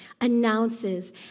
announces